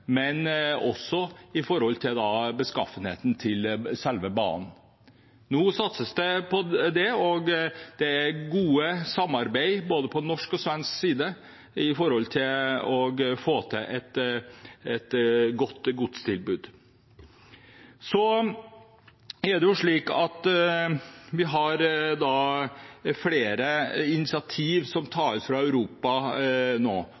men også på beskaffenheten til selve banen. Nå satses det på det, og det er gode samarbeid på både norsk og svensk side med tanke på å få til et godt godstogtilbud. Det er flere initiativ som tas fra Europa nå. Jeg hørte samferdselsministeren nevne flere, som